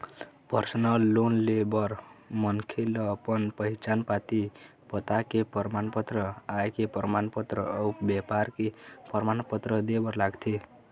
personal loan ले बर मनखे ल अपन पहिचान पाती, पता के परमान पत्र, आय के परमान पत्र अउ बेपार के परमान पत्र दे बर लागथे